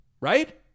Right